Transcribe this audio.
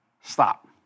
Stop